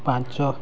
ପାଞ୍ଚ